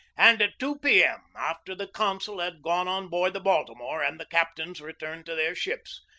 and at two p. m, after the consul had gone on board the baltimore and the cap tains returned to their ships,